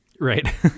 Right